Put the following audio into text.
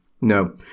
No